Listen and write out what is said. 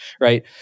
right